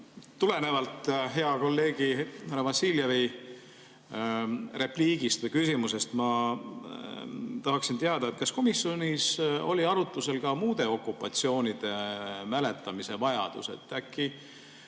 tulenevalt hea kolleegi härra Vassiljevi repliigist või küsimusest tahaksin teada, kas komisjonis oli arutlusel ka muude okupatsioonide mäletamise vajadus. Äkki